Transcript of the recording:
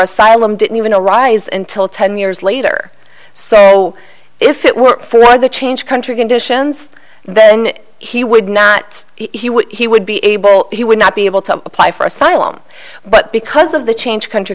asylum didn't even a rise in till ten years later so if it weren't for the change country conditions then he would not he would he would be able he would not be able to apply for asylum but because of the change country